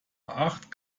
acht